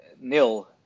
nil